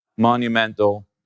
monumental